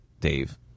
Dave